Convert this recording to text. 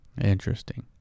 Interesting